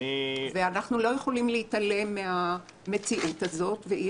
אנחנו לא יכולים להתעלם מן המציאות הזאת ואי